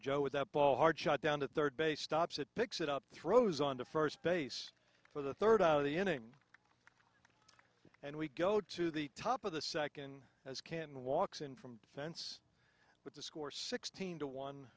joe is that ball hard shot down at third base stops it picks it up throws on to first base for the third out of the inning and we go to the top of the second as can walks in from the fence but the score sixteen to one